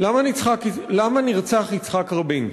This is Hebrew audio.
תודה לך, למה נרצח יצחק רבין?